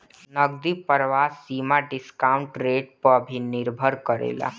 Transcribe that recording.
नगदी प्रवाह सीमा डिस्काउंट रेट पअ भी निर्भर करेला